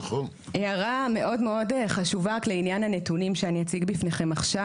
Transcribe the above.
הערה מאוד מאוד חשובה רק לעניין הנתונים שאני אציג בפניכם עכשיו,